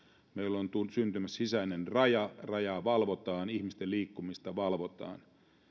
on syntymässä sisäinen raja rajaa valvotaan ihmisten liikkumista valvotaan